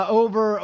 over